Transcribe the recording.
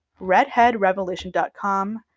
Redheadrevolution.com